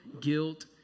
guilt